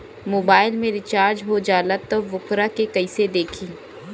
Mobile में recharge हो जाला त वोकरा के कइसे देखी?